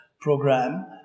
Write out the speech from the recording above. program